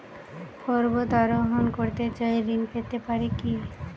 পর্বত আরোহণ করতে চাই ঋণ পেতে পারে কি?